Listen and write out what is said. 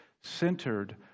centered